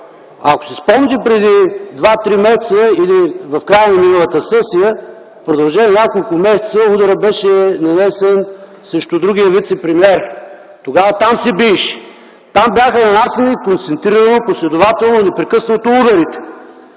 Ако си спомняте преди два-три месеца, или в края на миналата сесия, в продължение на няколко месеца, ударът беше нанесен срещу другия вицепремиер. Тогава там се биеше, там бяха нанасяни концентрирано, последователно, непрекъснато ударите.